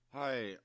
hi